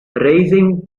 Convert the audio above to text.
raising